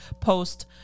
post